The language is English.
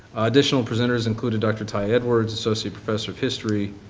additional presenters included dr. tai edwards, associate professor of history,